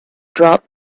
drop